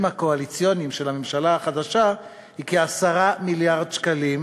הקואליציוניים של הממשלה החדשה היא כ-10 מיליארד שקלים,